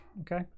Okay